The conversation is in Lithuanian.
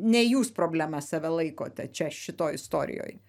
ne jūs problema save laikote čia šitoj istorijoj